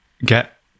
get